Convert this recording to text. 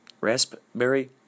Raspberry